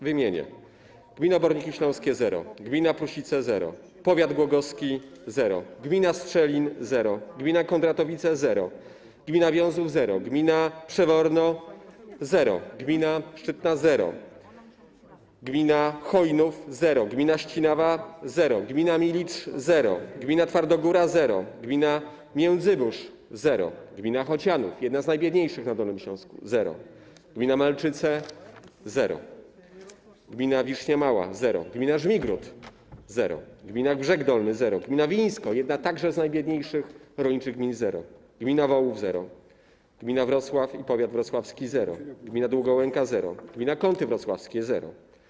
Wymienię: gmina Oborniki Śląskie - zero, gmina Prusice - zero, powiat głogowski - zero, gmina Strzelin - zero, gmina Kondratowice - zero, gmina Wiązów - zero, gmina Przeworno - zero, gmina Szczytna - zero, gmina Chojnów - zero, gmina Ścinawa - zero, gmina Milicz - zero, gmina Twardogóra - zero, gmina Międzybórz - zero, gmina Chocianów, jedna z najbiedniejszych na Dolnym Śląsku - zero, gmina Malczyce - zero, gmina Wisznia Mała - zero, gmina Żmigród - zero, gmina Brzeg Dolny - zero, gmina Wińsko, także jedna z najbiedniejszych rolniczych gmin - zero, gmina Wołów - zero, gmina Wrocław i powiat wrocławski - zero, gmina Długołęka - zero, gmina Kąty Wrocławskie - zero.